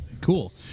Cool